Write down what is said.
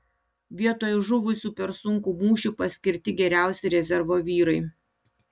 vietoj žuvusių per sunkų mūšį paskirti geriausi rezervo vyrai